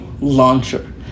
Launcher